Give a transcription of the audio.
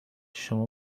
شما